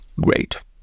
Great